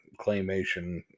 claymation